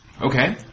Okay